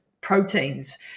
proteins